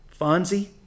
Fonzie